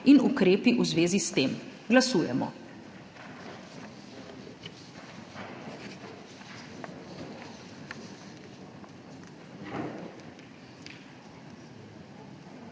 in ukrepi v zvezi s tem. Glasujemo.